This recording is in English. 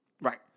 Right